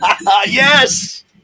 Yes